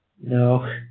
No